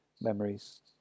memories